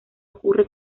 ocurre